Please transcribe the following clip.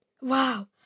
Wow